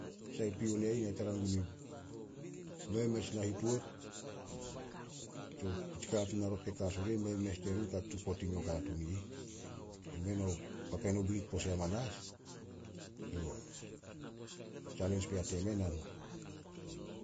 Pion e ih na tara gun, mei a mes na hituat, tsio tsi katuun arot ka tupot i meo katuun i ih. Men o papean o binit pose hamanas, tsalens pea temen a